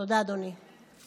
תודה, אדוני.